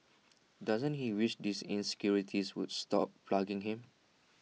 doesn't he wish these insecurities would stop plaguing him